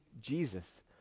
Jesus